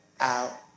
out